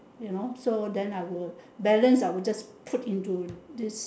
you know so then I will balance I will just put into this